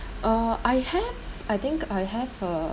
uh I have I think I have uh